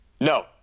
no